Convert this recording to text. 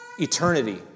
eternity